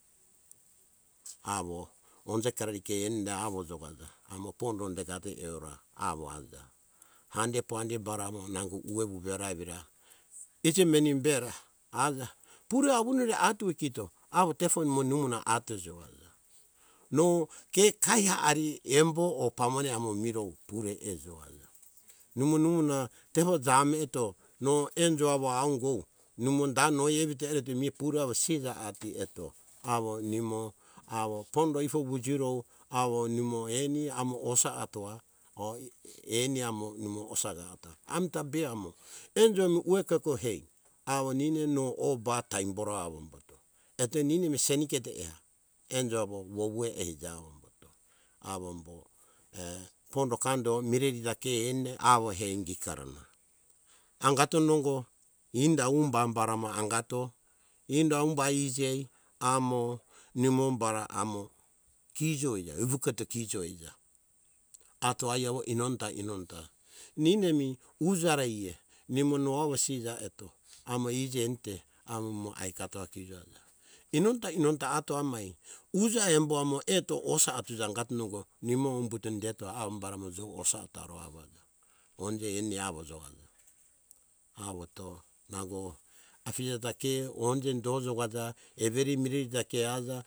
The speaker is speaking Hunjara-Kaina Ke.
Awo onje karari ke enire awo jokaja pondo dekato eora awo aja handepande bara nango ueh vuvera evira, injimeni bera aja pure avunde atuea kito tefo nimo nuha atoejo no ke surumane embo o pamone amo miro pure ejo aj, nimo nuha tefo jamu eto no enjo awo au ingou nimo da no ai mie sija paja atue kito awo nimo awo pondo ifo vujirio awo nimo eni amo osa atoa o mane osa atoaamitabe amo enjo mi ueh keko hei awo nine no o ba taimoroa eto ninemi seniketo eah. Enjo awo vuvue aja avombo eto awo emboto pondo kando ta mirei eto ke eni awo hei ingikarana angato nongo enda umba bara amo angato inda humba ijaei amo nimo bara amo kijo ija uketo kijo ija atoa ai awo inonota inonota ninemi uja awo eah no awo sija eto amo iji enite amo aikatoa kijo inonota inonota atoa amai uja embo amo eto osa atuja nangato nongo nimo humbuto indetoa awombara amo jo osa atoaro awo aja onje eni awo jokaja. awombo afija ta ke joka ja everi mireri ta ke jokaja.